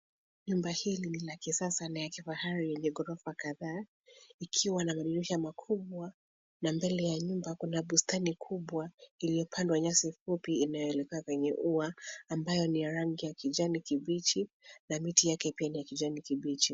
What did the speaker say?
Nyumba hili ni la kisasa na la kifahari lenye gorofa kadhaa likiwa na madirisha makubwa na mbele ya nyumba kuna bustani kubwa iliyopandwa nyasi fupi inayoelekea kwenye ua ambayo ni ya rangi ya kijani kibichi na miti yake pia ni ya kijani kibichi.